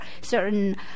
certain